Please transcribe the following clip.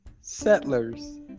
settlers